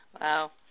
Wow